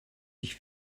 sich